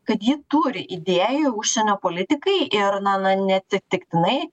kad ji turi idėjų užsienio politikai ir na ne neatsitiktinai